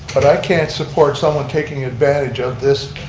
but i can't support someone taking advantage of this